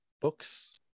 books